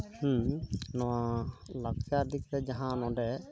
ᱦᱮᱸ ᱱᱚᱣᱟ ᱞᱟᱠᱪᱟᱨ ᱤᱫᱤ ᱠᱟᱛᱮᱫ ᱡᱟᱦᱟᱸ ᱱᱚᱸᱰᱮ